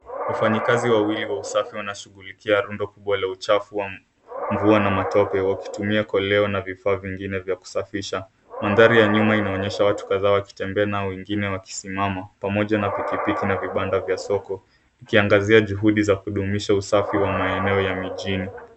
Wafanyakazi wawili wa usafi wanashughulikia rundo kubwa la uchafu wa mvua na matope wakitumia koleo na vifaa vingine vya kusafisha. Mandhari ya nyuma inaonyesha watu kadhaa wakitembea nao wengine wakisimama, pamoja na pikipiki na vibanda vya soko. Ukiangazia juhudi za kudumisha usafi wa maeneo ya mijini.